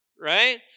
right